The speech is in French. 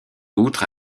outre